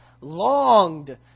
longed